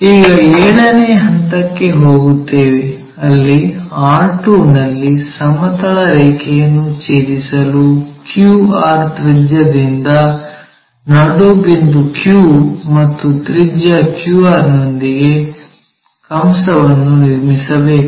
ಈಗ ಏಳನೇ ಹಂತಕ್ಕೆ ಹೋಗುತ್ತೇವೆ ಅಲ್ಲಿ r2 ನಲ್ಲಿ ಸಮತಲ ರೇಖೆಯನ್ನು ಛೇದಿಸಲು q r ತ್ರಿಜ್ಯದಿಂದ ನಡುಬಿಂದು q ಮತ್ತು ತ್ರಿಜ್ಯ q r ನೊಂದಿಗೆ ಕಂಸವನ್ನು ನಿರ್ಮಿಸಬೇಕು